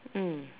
mm